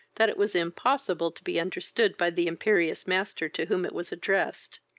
that it was impossible to be understood by the imperious master to whom it was addressed.